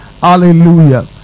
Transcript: Hallelujah